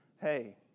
hey